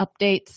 updates